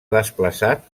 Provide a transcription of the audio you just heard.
desplaçat